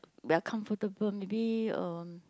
we are comfortable maybe uh